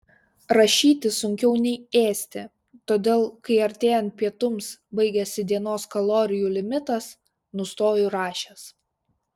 rašyti sunkiau nei ėsti todėl kai artėjant pietums baigiasi dienos kalorijų limitas nustoju rašęs